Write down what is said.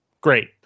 Great